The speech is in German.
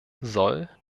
soll